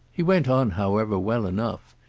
he went on however well enough,